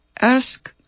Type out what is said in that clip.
Ask